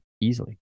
easily